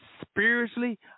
spiritually